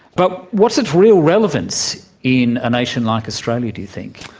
but, what's its real relevance in a nation like australia, do you think?